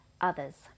others